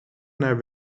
naar